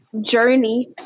journey